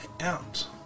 out